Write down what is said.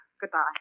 Goodbye